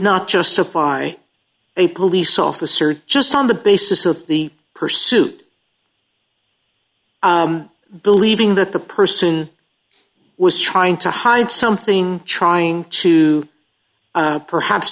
not justify a police officer just on the basis of the pursuit believing that the person was trying to hide something trying to perhaps